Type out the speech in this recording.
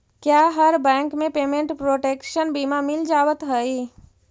क्या हर बैंक में पेमेंट प्रोटेक्शन बीमा मिल जावत हई